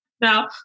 Now